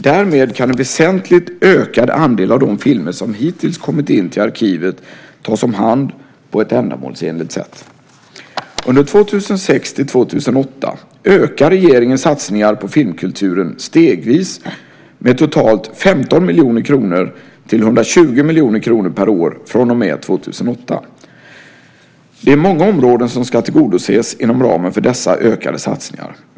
Därmed kan en väsentligt ökad andel av de filmer som hittills inkommit till arkivet tas om hand på ett ändamålsenligt sätt. Under 2006-2008 ökar regeringens satsningar på filmkulturen stegvis med totalt 15 miljoner kronor till ca 120 miljoner kronor per år från och med 2008. Det är många områden som ska tillgodoses inom ramen för dessa ökade satsningar.